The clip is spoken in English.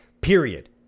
period